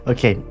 Okay